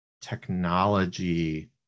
technology